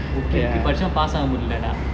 படிச்சும்:padichum pass ஆக:aaga முடிலடா:mudileda